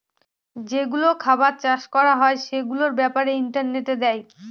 যেগুলো খাবার চাষ করা হয় সেগুলোর ব্যাপারে ইন্টারনেটে দেয়